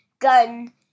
gun